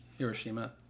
Hiroshima